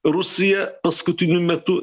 rusija paskutiniu metu